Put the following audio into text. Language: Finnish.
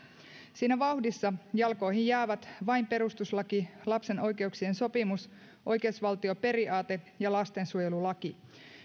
siinä vauhdissa jalkoihin jäävät vain perustuslaki lapsen oikeuksien sopimus oikeusvaltioperiaate ja lastensuojelulaki